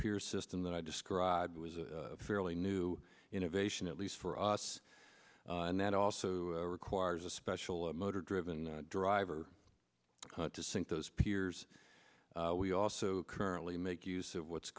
pier system that i described was a fairly new innovation at least for us and that also requires a special motor driven driver to sink those piers we also currently make use of what's